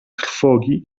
trwogi